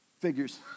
figures